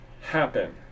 happen